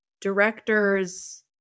director's